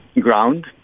ground